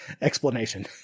explanation